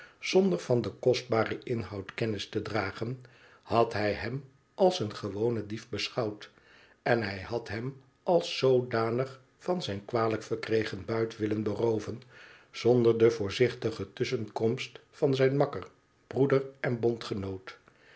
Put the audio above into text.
zonder van den kostbaren inhoud kennis te dragen had hij hem als een gewonen dief beschouwd en hij had hem als zoodanig van zijn kwalijk verkregen buit willen berooven zonder de voorzichtige tusschenkomst van zijn makker broeder en bondgenoot